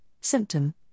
symptom